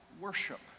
worship